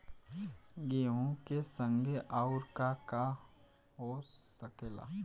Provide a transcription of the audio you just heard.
गेहूँ के संगे आऊर का का हो सकेला?